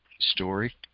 story